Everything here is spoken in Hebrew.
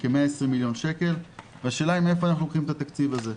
בכ-120 מיליון שקל והשאלה היא מאיפה אנחנו לוקחים את התקציב הזה.